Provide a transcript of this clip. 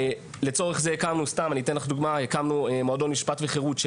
אנחנו הקמנו מועדון משפט וחירות,